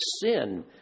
sin